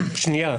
רק שנייה.